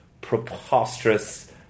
preposterous